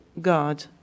God